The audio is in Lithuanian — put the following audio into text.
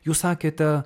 jūs sakėte